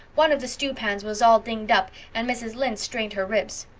one of the stewpans was all dinged up and mrs. lynde straned her ribs.